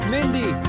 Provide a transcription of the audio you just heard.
Mindy